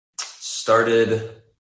started